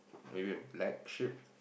maybe a black sheep